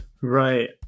Right